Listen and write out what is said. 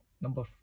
number